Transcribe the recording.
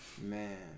Man